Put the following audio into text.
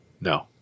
No